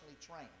trained